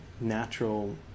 natural